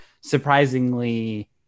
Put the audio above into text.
surprisingly